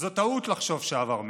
"זו טעות לחשוב שהעבר מת.